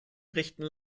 richten